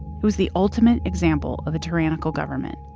it was the ultimate example of a tyrannical government